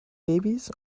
babies